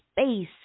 space